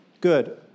Good